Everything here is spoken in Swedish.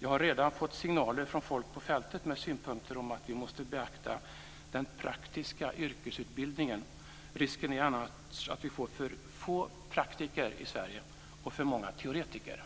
Jag har redan fått signaler från folk på fältet med synpunkter om att vi måste beakta den praktiska yrkesutbildningen. Annars är risken att vi får för få praktiker i Sverige och för många teoretiker.